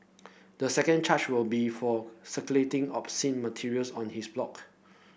the second charge will be for circulating obscene materials on his block